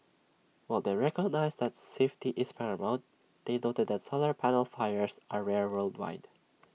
while they recognised that safety is paramount they noted that solar panel fires are rare worldwide